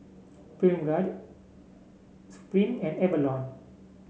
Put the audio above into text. Film God Supreme and Avalon